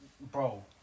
Bro